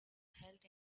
held